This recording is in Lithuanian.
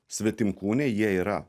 svetimkūniai jie yra